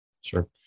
Sure